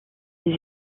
les